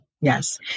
Yes